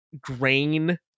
grain